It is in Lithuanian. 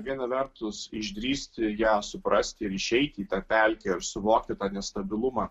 viena vertus išdrįsti ją suprasti ir išeiti į tą pelkę ir suvokti tą nestabilumą